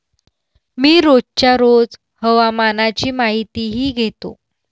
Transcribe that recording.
मी रोजच्या रोज हवामानाची माहितीही घेतो